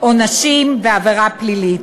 עונשים ועבירה פלילית.